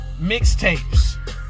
mixtapes